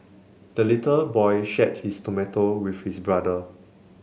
the little boy shared his tomato with his brother